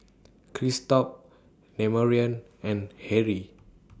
Christop Demarion and Harry